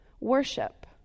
worship